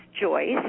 Joyce